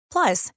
Plus